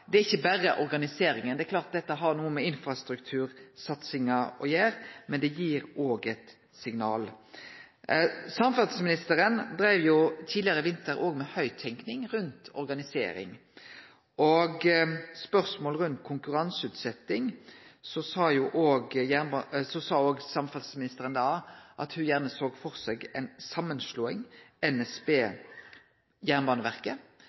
Det er ikkje berre på grunn av organiseringa – det er klart at dette har noko med infrastruktursatsinga å gjere. Men det gir òg eit signal. Samferdselsministeren dreiv tidlegare i vinter med høgttenking rundt organisering, og på spørsmål om konkurranseutsetjing sa ho at ho gjerne såg for seg ei samanslåing av NSB og Jernbaneverket.